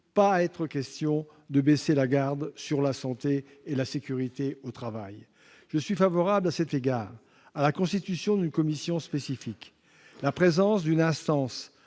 pas être question de baisser la garde sur la santé et la sécurité au travail. À cet égard, je suis favorable à la constitution d'une commission spécifique. La présence d'une instance